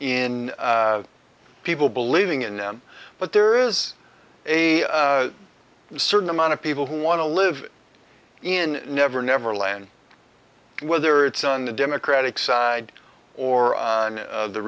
in people believing in them but there is a certain amount of people who want to live in never never land whether it's on the democratic side or on the